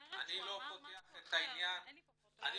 זוכרת שהוא אמר משהו אחר --- סליחה,